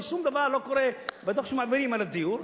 ושום דבר לא קורה בדוח שמעבירים על הדיור.